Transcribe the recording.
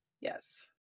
Yes